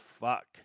Fuck